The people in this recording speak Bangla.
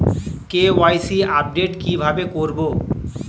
কে.ওয়াই.সি আপডেট কি ভাবে করবো?